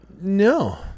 No